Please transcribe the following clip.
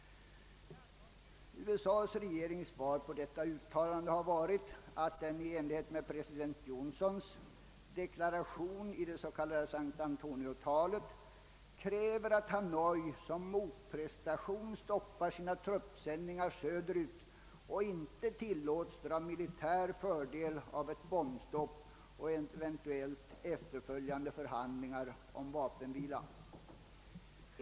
USA:s regerings svar på detta uttalande har varit att den i enlighet med president Johnsons deklaration i det s.k. San Antonio-talet kräver att Hanoi som motprestation stoppar sina truppsändningar söderut och inte tillåts dra militär fördel av ett bombstopp och eventuellt efterföljande förhandlingar om vapenvila.